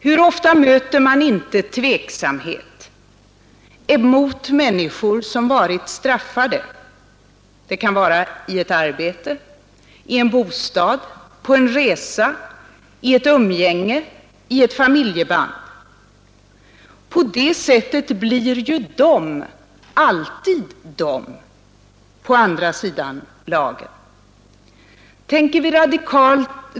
Hur ofta möter man inte tveksamhet emot människor som varit straffade! Det kan vara i ett arbete, i en bostad, på en resa, i ett umgänge eller i ett familjeband. På det sättet blir ju ”dom” alltid ”dom” på andra sidan lagen.